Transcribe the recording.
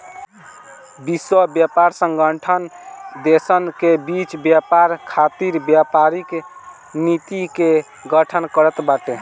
विश्व व्यापार संगठन देसन के बीच व्यापार खातिर व्यापारिक नीति के गठन करत बाटे